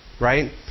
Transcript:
Right